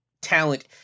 talent